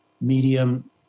medium